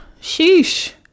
sheesh